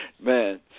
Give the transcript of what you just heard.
Man